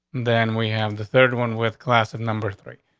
then we have the third one with glass of number three.